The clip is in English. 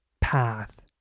path